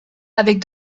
avec